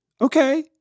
Okay